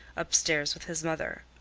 upstairs with his mother.